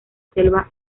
selva